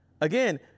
Again